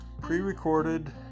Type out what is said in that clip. pre-recorded